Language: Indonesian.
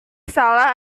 salah